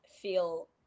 feel